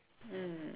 mm